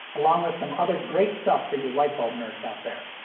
along with some other great stuff for you light bulb nerds out there.